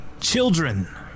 Children